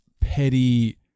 petty